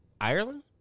Ireland